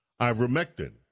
ivermectin